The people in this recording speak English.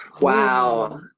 wow